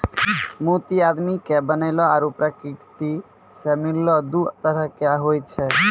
मोती आदमी के बनैलो आरो परकिरति सें मिललो दु तरह के होय छै